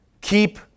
keep